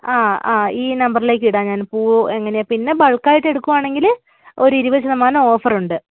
ആ ആ ഈ നമ്പറിലേക്ക് ഇടാം ഞാൻ പൂവ് എങ്ങനെ പിന്നെ ബൾക്കായിട്ട് എടുക്കുകയാണെങ്കില് ഒരു ഇരുപത് ശതമാനം ഓഫറുണ്ട്